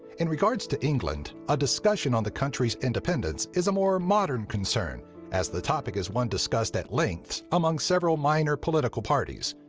in regards to england, a discussion on the country's independence is a more modern concern as the topic is one discussed at lengths among several minor political parties.